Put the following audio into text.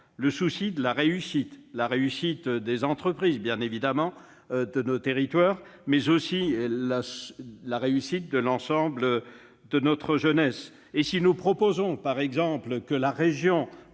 le souci de la réussite, celle des entreprises, évidemment, celle de nos territoires, mais aussi la réussite de l'ensemble de notre jeunesse. Et si nous proposons, par exemple, que la région